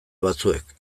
batzuek